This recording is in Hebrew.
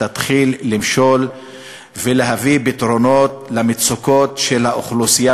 למשול ולהביא פתרונות למצוקות של האוכלוסייה